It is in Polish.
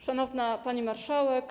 Szanowna Pani Marszałek!